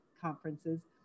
conferences